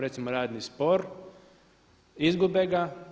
Recimo radni spor, izgube ga.